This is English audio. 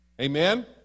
Amen